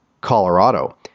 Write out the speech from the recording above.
Colorado